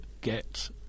get